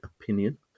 Opinion